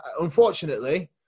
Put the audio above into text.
unfortunately